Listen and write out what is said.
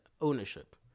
ownership